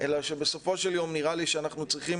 אלא שבסופו של יום אני חושב שאנחנו צריכים